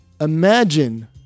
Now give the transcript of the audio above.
imagine